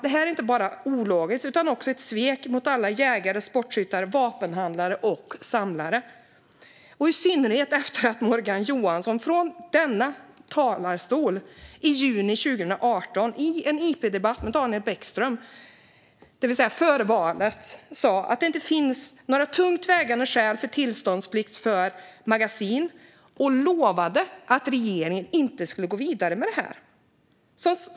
Detta är inte bara ologiskt utan också ett svek mot alla jägare, sportskyttar och vapenhandlare och vapensamlare - i synnerhet som Morgan Johansson i denna talarstol, i en interpellationsdebatt med Daniel Bäckström i juni 2018, alltså före valet, sa att det inte finns några tungt vägande skäl för tillståndsplikt för magasin och lovade att regeringen inte skulle gå vidare med detta.